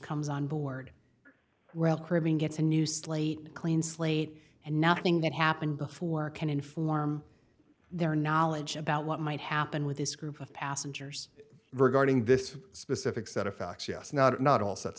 comes on board royal caribbean gets a new slate clean slate and nothing that happened before can inform their knowledge about what might happen with this group of passengers regarding this specific set of facts yes not not all s